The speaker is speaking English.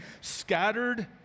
scattered